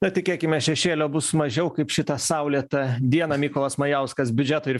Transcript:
na tikėkimės šešėlio bus mažiau kaip šitą saulėtą dieną mykolas majauskas biudžeto ir